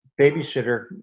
babysitter